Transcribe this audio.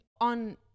On